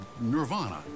nirvana